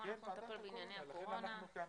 פה אנחנו מטפלים בענייני הקורונה.